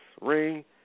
ring